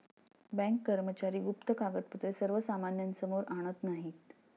bank कर्मचारी गुप्त कागदपत्रे सर्वसामान्यांसमोर आणत नाहीत